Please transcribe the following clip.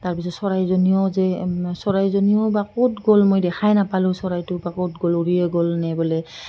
তাৰ পিছত চৰাইজনীও যে চৰাইজনীও বা ক'ত গ'ল মই দেখাই নাপালোঁ চৰাইটো বা ক'ত গ'ল উৰিয়ে গ'ল নে বোলে